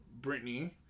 Britney